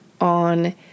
on